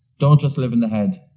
don't just live in the head